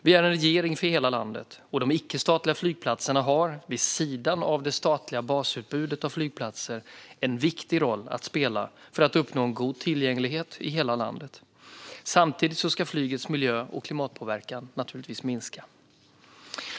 Vi är en regering för hela landet, och de icke-statliga flygplatserna har, vid sidan av det statliga basutbudet av flygplatser, en viktig roll att spela för att vi ska uppnå en god tillgänglighet i hela landet. Samtidigt ska flygets miljö och klimatpåverkan naturligtvis minska.